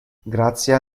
grazia